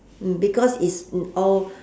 mm because it's in all